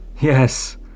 Yes